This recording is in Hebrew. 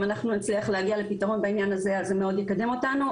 אם אנחנו נצליח להגיע לפתרון בעניין הזה אז מאוד יקדם אותנו.